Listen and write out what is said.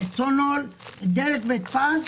לא בוכים,